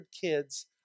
kids